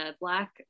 black